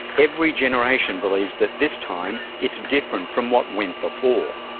every generation believes that this time it's different from what went before.